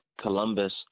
Columbus